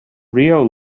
rio